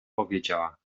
powiedziała